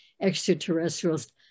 extraterrestrials